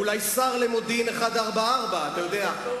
אולי שר למודיעין 144, אתה יודע.